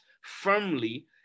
firmly